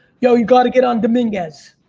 you know, you gotta get on dominguez.